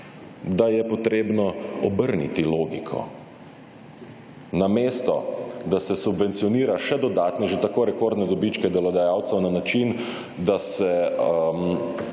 da je potrebno obrniti logiko. Namesto, da se subvencionira še dodatne, že tako rekordne dobičke delodajalcev na način, da se